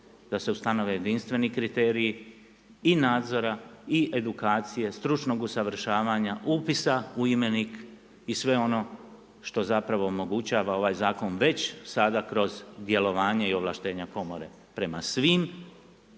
da se ustanove jedinstveni kriteriji i nadzora i edukacije, stručnog usavršavanja, upisa u imenik i sve ono što zapravo omogućava ovaj zakon već sada kroz djelovanje i ovlaštenja komore prema svim